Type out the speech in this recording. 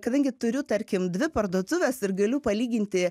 kadangi turiu tarkim dvi parduotuves ir galiu palyginti